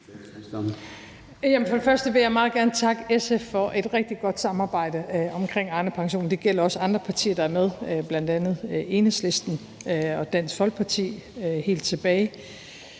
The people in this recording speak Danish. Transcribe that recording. Første vil jeg meget gerne takke SF for et rigtig godt samarbejde omkring Arnepensionen. Det gælder også andre partier, der er med, bl.a. Enhedslisten og Dansk Folkeparti helt tilbage.